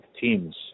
teams